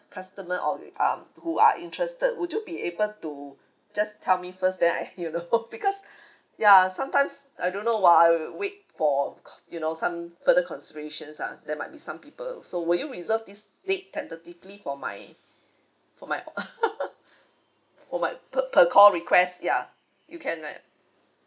customer or um who are interested would you be able to just tell me first then I you know because ya sometimes I don't know while I will wait for of course you know some further considerations ah there might be some people so will you reserve this date tentatively for my for my for my per per call request ya you can right